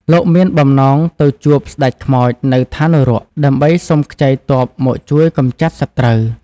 លោកមានបំណងទៅជួបស្ដេចខ្មោចនៅឋាននរក ដើម្បីសុំខ្ចីទ័ពមកជួយកម្ចាត់សត្រូវ។